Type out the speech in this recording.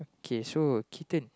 K so Clayton